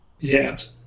Yes